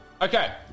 Okay